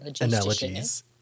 analogies